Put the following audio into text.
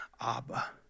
Abba